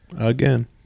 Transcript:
Again